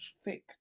thick